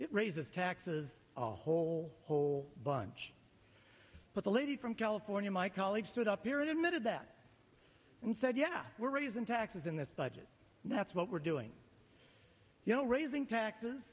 it raises taxes a whole whole bunch but the lady from california my colleague stood up here and admitted that and said yeah we're raising taxes in this budget that's what we're doing you know raising taxes